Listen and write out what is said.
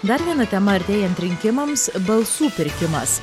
dar viena tema artėjant rinkimams balsų pirkimas